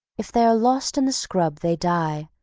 if they are lost in the scrub they die,